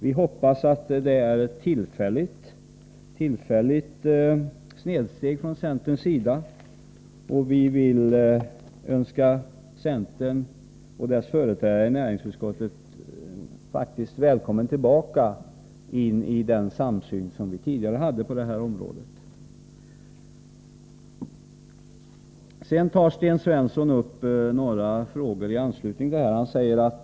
Vi hoppas att det är ett tillfälligt snedsteg från centerns sida och Önskar centern och dess företrädare i näringsutskottet välkomna tillbaka till den samsyn som vi tidigare hade på detta område. Sten Svensson tog upp några frågor i anslutning till det ärende som vi nu behandlar.